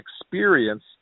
experience